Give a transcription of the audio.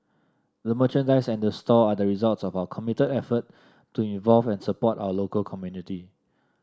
the merchandise and the store are the results of our committed effort to involve and support our local community